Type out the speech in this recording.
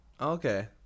Okay